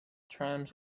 trams